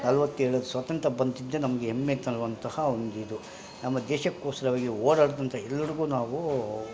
ನಲ್ವತ್ತೇಳು ಸ್ವತಂತ್ರ್ಯ ಬಂದ್ದಿದ್ದೇ ನಮ್ಗೆ ಹೆಮ್ಮೆ ತರುವಂತಹ ಒಂದಿದು ನಮ್ಮ ದೇಶಕ್ಕೋಸ್ರವಾಗಿ ಹೋರಾಡ್ದಂಥ ಎಲ್ರಿಗು ನಾವೂ